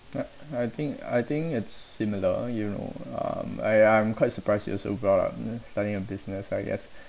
I think I think it's similar you know um I I'm quite surprised you also brought up starting a business I guess